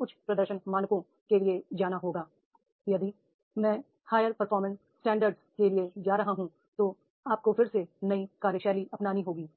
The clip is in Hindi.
उच्च प्रदर्शन मानकों के लिए जा रहा हूं तो आपको फिर से नई कार्यशैली अपनानी होगी